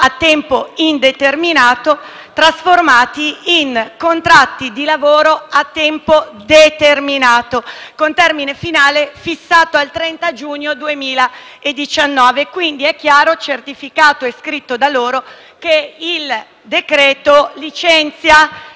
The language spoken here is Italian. - leggo dal testo - trasformati «in contratti di lavoro a tempo determinato con termine finale fissato al 30 giugno 2019». Quindi è chiaro, certificato e scritto da loro che il decreto-legge licenzia